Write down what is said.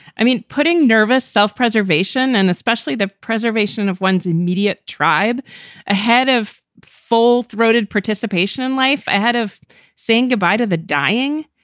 i mean, putting nervous self-preservation and especially the preservation of one's immediate tribe ahead of full throated participation in life, ahead of saying goodbye to the dying.